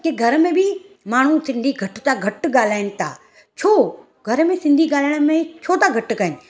की घर में बि माण्हू सिंधी घटि था घटि ॻाल्हायनि था छो घर में सिंधी ॻाल्हाइण में छो था घटि गाइन